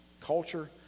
culture